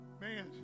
Man